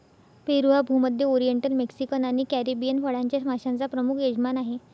पेरू हा भूमध्य, oriental, Mexican आणि कॅरिबियन फळांच्या माश्यांचा प्रमुख यजमान आहे